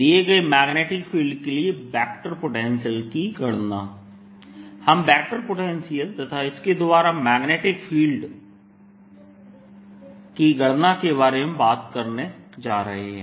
दिए गए magnetic field के लिए वेक्टर पोटेंशियल की गणना हम वेक्टर पोटेंशियल तथा इसके द्वारा मैग्नेटिक फील्ड की गणना के बारे में बात करने जा रहे हैं